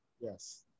Yes